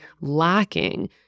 lacking